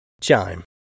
Chime